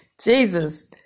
Jesus